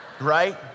Right